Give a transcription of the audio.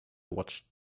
watched